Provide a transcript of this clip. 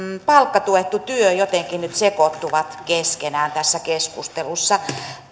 palkkatuettu työ jotenkin nyt sekoittuvat keskenään tässä keskustelussa